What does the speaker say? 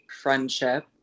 friendship